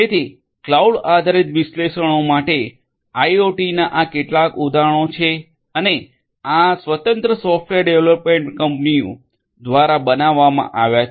તેથી ક્લાઉડ આધારિત વિશ્લેષણો માટે આઇઓટીના આ કેટલાક ઉદાહરણો છે અને આ સ્વતંત્ર સોફ્ટવેર ડેવેલપમેન્ટ કંપનીઓ દ્વારા બનાવવામાં આવ્યા છે